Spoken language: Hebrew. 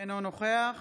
אינו נוכח